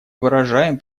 выражаем